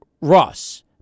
Ross